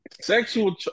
Sexual